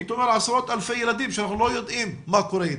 עשרות אלפי ילדים שאנחנו לא יודעים מה קורה איתם.